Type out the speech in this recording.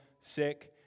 sick